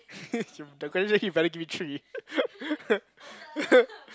the question you better give me three